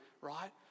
right